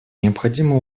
необходимо